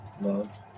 love